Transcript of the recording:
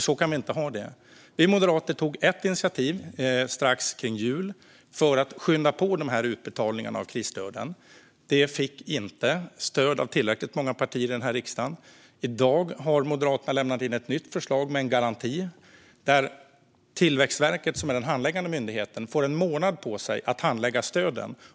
Så kan vi inte ha det. Vi moderater tog ett initiativ kring jul för att skynda på utbetalningarna av krisstöden. Det fick inte stöd av tillräckligt många partier i den här riksdagen. I dag har Moderaterna lämnat in ett nytt förslag om en garanti där Tillväxtverket, som är den handläggande myndigheten, får en månad på sig att handlägga stöden.